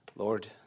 Lord